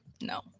No